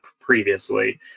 previously